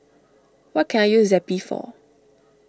what can I use Zappy for